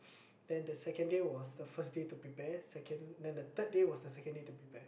then the second day was the first day to prepare second then the third day was the second day to prepare